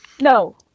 No